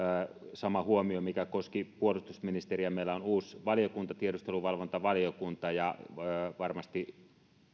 sama huomio mikä koski puolustusministeriä meillä on uusi valiokunta tiedusteluvalvontavaliokunta ja varmasti